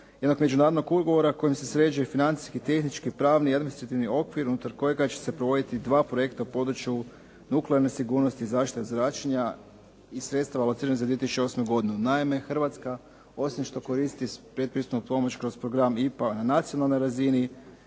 jednog međunarodnog ugovora kojim se sređuje financijski, tehnički, pravni i administrativni okvir unutar kojega će se provoditi dva projekta u području nuklearne sigurnosti i zaštite od zračenja i sredstva locirana za 2008. godinu. Naime, Hrvatska osim što koristi predpristupnu pomoć kroz program IPA na nacionalnoj razini